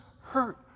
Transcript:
hurt